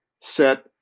set